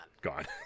Gone